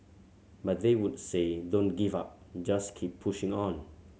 but they would say don't give up just keep pushing on